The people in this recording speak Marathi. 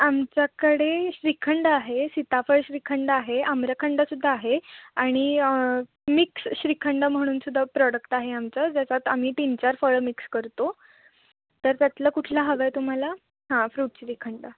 आमच्याकडे श्रीखंड आहे सीताफळ श्रीखंड आहे आम्रखंडसुद्धा आहे आणि मिक्स श्रीखंड म्हणून सुद्धा प्रोडक्ट आहे आमचं ज्याच्यात आम्ही तीनचार फळं मिक्स करतो तर त्यातलं कुठलं हवं आहे तुम्हाला हां फ्रूट श्रीखंड